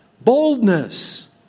Boldness